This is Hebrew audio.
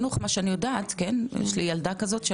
ויהיו כפופים לחוק עובדים זרים,